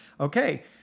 Okay